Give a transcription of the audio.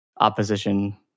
opposition